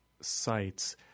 sites